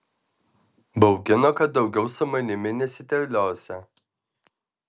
baugino kad daugiau su manimi nesiterliosią